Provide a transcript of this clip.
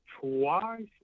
twice